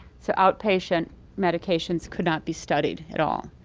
so outpatient medications could not be studied at all.